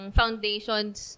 foundations